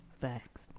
Facts